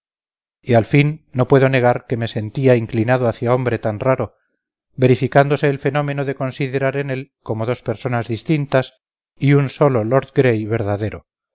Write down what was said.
y al fin no puedo negar que me sentía inclinado hacia hombre tan raro verificándose el fenómeno de considerar en él como dos personas distintas y un solo lord gray verdadero